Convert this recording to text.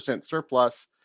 surplus